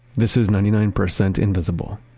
this is ninety nine percent invisible.